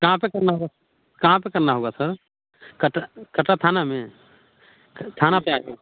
कहाँ पर करना होगा कहाँ पर करना होगा सर कटरा कटरा थाने में थाने पर आ कर